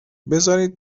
بزارین